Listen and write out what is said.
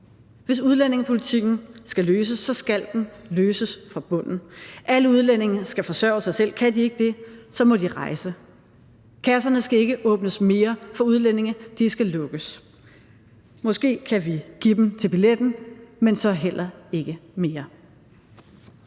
Hvis udlændingepolitikken skal løses, skal den løses fra bunden. Alle udlændinge skal forsørge sig selv, og kan de ikke det, må de rejse. Kasserne skal ikke åbnes mere for udlændinge; de skal lukkes. Måske kan vi give dem til billetten, men så heller ikke mere.